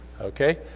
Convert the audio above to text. Okay